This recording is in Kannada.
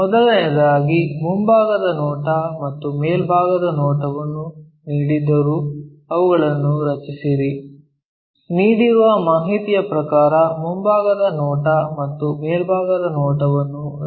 ಮೊದಲನೆಯದಾಗಿ ಮುಂಭಾಗದ ನೋಟ ಮತ್ತು ಮೇಲ್ಭಾಗದ ನೋಟವನ್ನು ನೀಡಿದ್ದರೂ ಅವುಗಳನ್ನು ರಚಿಸಿರಿ ನೀಡಿರುವ ಮಾಹಿತಿಯ ಪ್ರಕಾರ ಮುಂಭಾಗದ ನೋಟ ಮತ್ತು ಮೇಲ್ಭಾಗದ ನೋಟವನ್ನು ರಚಿಸಿರಿ